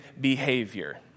behavior